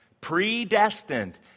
Predestined